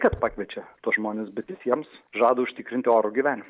kad pakviečia tuos žmones bet visiems žada užtikrinti orų gyvenimą